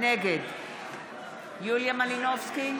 נגד יוליה מלינובסקי,